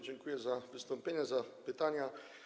Dziękuję za wystąpienia, za pytania.